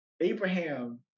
Abraham